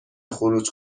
خروج